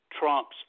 Trump's